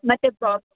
ಮತ್ತೆ ಬಾಬ್